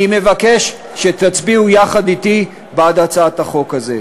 אני מבקש שתצביעו יחד אתי בעד הצעת החוק הזו.